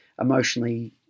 emotionally